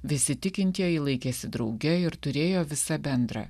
visi tikintieji laikėsi drauge ir turėjo visa bendra